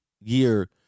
year